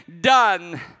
done